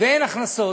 ואין הכנסות,